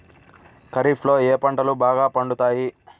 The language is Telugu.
ఖరీఫ్లో ఏ పంటలు బాగా పండుతాయి?